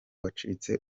wacitse